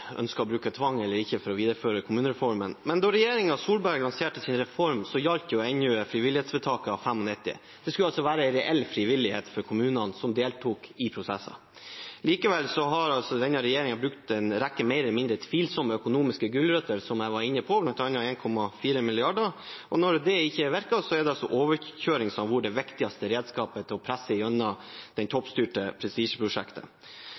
ønsker å bruke tvang eller ikke for å videreføre kommunereformen. Da regjeringen Solberg lanserte sin reform, gjaldt ennå frivillighetsvedtaket fra 1995. Det skulle være en reell frivillighet for kommunene som deltok i prosesser. Likevel har denne regjeringen brukt en rekke mer eller mindre tvilsomme økonomiske gulrøtter, som jeg var inne på, bl.a. 1,4 mrd. kr, og når det ikke virker, er det overkjøring som har vært det viktigste redskapet til å presse igjennom